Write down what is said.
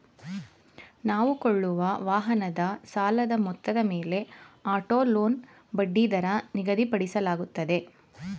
ನಾವು ಕೊಳ್ಳುವ ವಾಹನದ ಸಾಲದ ಮೊತ್ತದ ಮೇಲೆ ಆಟೋ ಲೋನ್ ಬಡ್ಡಿದರ ನಿಗದಿಪಡಿಸಲಾಗುತ್ತದೆ